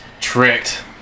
tricked